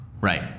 Right